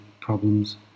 problems